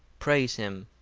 praise him,